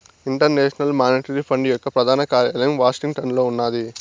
international monetary fund యొక్క ప్రధాన కార్యాలయం వాషింగ్టన్లో ఉన్నాది